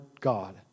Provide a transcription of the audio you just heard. God